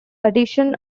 addition